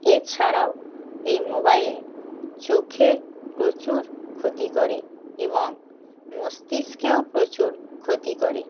এছাড়াও এই মোবাইল চোখে প্রচুর ক্ষতি করে এবং মস্তিষ্কেও প্রচুর ক্ষতি করে